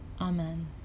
Amen